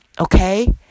Okay